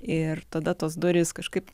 ir tada tos durys kažkaip